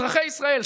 אזרחי ישראל,